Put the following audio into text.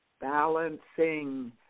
balancing